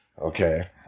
Okay